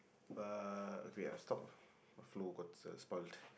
but wait ah stop flow got spolied